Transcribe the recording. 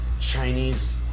Chinese